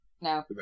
No